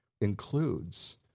includes